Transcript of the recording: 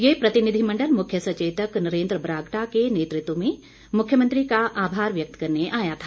ये प्रतिनिधिमंडल मुख्य सचेतक नरेंद्र बरागटा के नेतृत्व में मुख्यमंत्री का आभार व्यक्त करने आया था